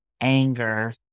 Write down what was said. anger